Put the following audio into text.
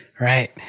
right